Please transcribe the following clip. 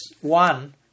one